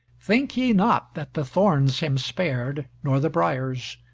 think ye not that the thorns him spared, nor the briars,